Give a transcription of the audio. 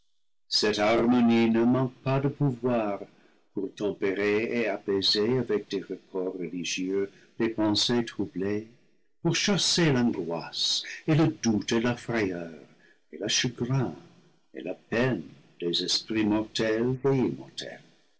ne manque pas de pouvoir pour tempérer et apaiser avec des accords religieux les pensées troublées pour chasser l'angoisse et le doute et la frayeur et le chagrin et la peine des esprits